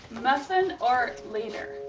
muffin or later?